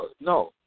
no